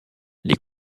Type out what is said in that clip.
les